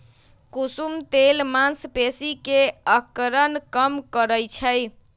कुसुम तेल मांसपेशी के अकड़न कम करई छई